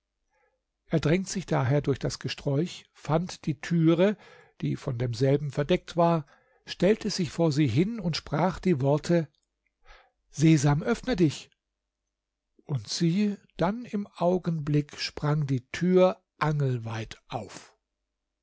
er drängt sich daher durch das gesträuch fand die türe die von demselben verdeckt war stellt sich vor sie hin sprach die worte sesam öffne dich und siehe dan im augenblick sprang die tür angelweit auf